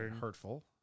hurtful